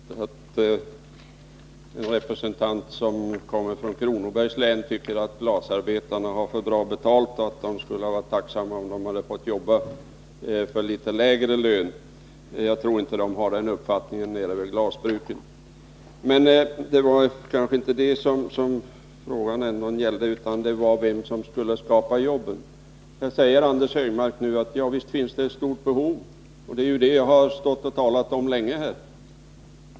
Fru talman! Det är litet märkligt att en riksdagsledamot som kommer från Kronobergs län tycker att glasarbetarna har för bra betalt och att de borde ha varit tacksamma om de hade fått jobba för litet lägre lön. Jag tror inte att man har den uppfattningen vid glasbruken. Men det var inte det som frågan gällde, utan den gällde vem som skulle skapa jobben. Anders Högmark säger nu att visst finns det stort behov av arbetstillfällen. Ja, det är ju det jag har stått här och talat om länge.